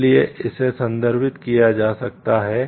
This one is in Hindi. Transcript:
इसलिए इसे संदर्भित किया जा सकता है